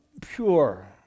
pure